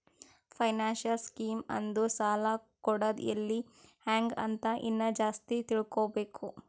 financial scheme ಅಂದುರ್ ಸಾಲ ಕೊಡದ್ ಎಲ್ಲಿ ಹ್ಯಾಂಗ್ ಅಂತ ಇನ್ನಾ ಜಾಸ್ತಿ ತಿಳ್ಕೋಬೇಕು